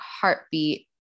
heartbeat